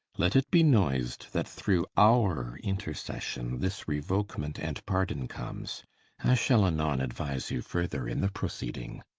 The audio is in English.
let it be nois'd, that through our intercession, this reuokement and pardon comes i shall anon aduise you further in the proceeding.